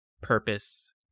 purpose